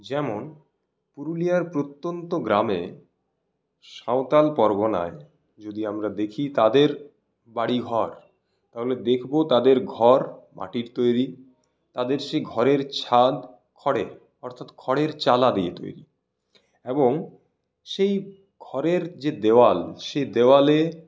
যেমন পুরুলিয়ার প্রত্যন্ত গ্রামে সাঁওতাল পরগনায় যদি আমরা দেখি তাদের বাড়িঘর তাহলে দেখবো তাদের ঘর মাটির তৈরি তাদের সেই ঘরের ছাদ খড়ের অর্থাৎ খড়ের চালা দিয়ে তৈরি এবং সেই খড়ের যে দেওয়াল সে দেওয়ালে